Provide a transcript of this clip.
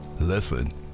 Listen